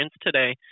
today